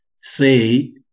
say